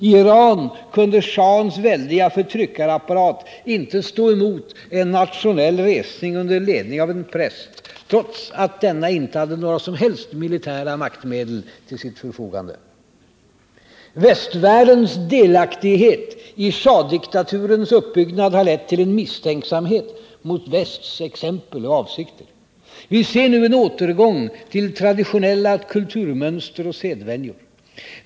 I Iran kunde schahens väldiga förtryckarapparat inte stå emot en nationell resning under ledning av en präst, trots att denna inte hade några som helst militära maktmedel till sitt förfogande. Västvärldens delaktighet i schahdiktaturens uppbyggnad har lett till en misstänksamhet mot västs exempel och avsikter. Vi ser nu en återgång till traditionella kulturmönster och sedvänjor.